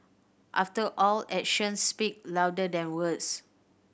after all actions speak louder than words